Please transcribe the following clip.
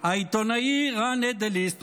העיתונאי רן אדליסט,